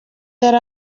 yari